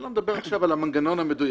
ואני לא מדבר עכשיו על המנגנון המדויק,